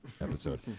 episode